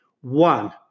One